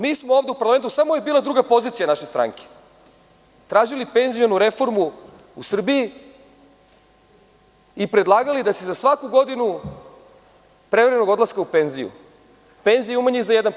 Mi smo ovde u parlamentu, samo je bila druga pozicija naše stranke, tražili penzionu reformu u Srbiji i predlagali da se za svaku godinu prevremenog odlaska u penziju penzija umanji za 1%